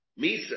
Misa